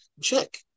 Check